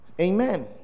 Amen